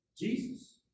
jesus